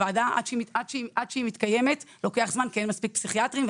עד שהיא מתקיימת לוקח זמן כי אין מספיק פסיכיאטרים,